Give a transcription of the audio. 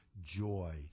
joy